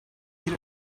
bir